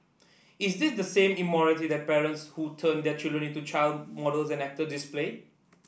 is this the same immorality that parents who turn their children into child models and actor display